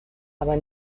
aber